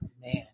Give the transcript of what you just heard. Man